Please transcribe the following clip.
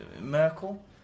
Merkel